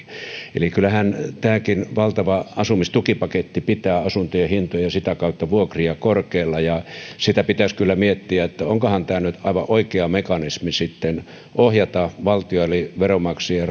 eli kyllähän tämäkin valtava asumistukipaketti pitää asuntojen hintoja ja sitä kautta vuokria korkealla ja sitä pitäisi kyllä miettiä että onkohan tämä nyt aivan oikea mekanismi sitten ohjata valtion eli veronmaksajien